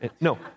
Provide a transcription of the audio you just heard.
No